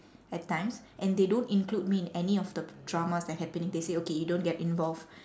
at times and they don't include me in any of the dramas that's happening they say okay you don't get involved